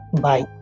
Bye